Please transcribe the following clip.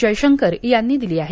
जयशंकर यांनी दिली आहे